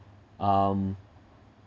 um